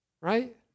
right